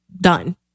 Done